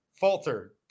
falter